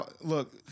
Look